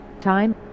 Time